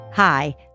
Hi